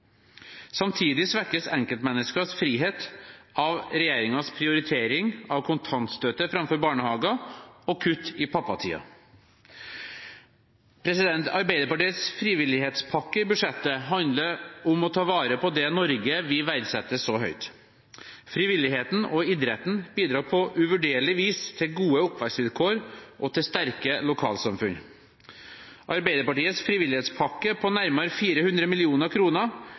Samtidig svekkes enkeltmenneskers frihet av regjeringens prioritering av kontantstøtte framfor barnehager og kutt i pappa-tiden. Arbeiderpartiets frivillighetspakke i budsjettet handler om å ta vare på det Norge vi verdsetter så høyt. Frivilligheten og idretten bidrar på uvurderlig vis til gode oppvekstvilkår og til sterke lokalsamfunn. Arbeiderpartiets frivillighetspakke på nærmere 400 mill. kr innebærer 10 millioner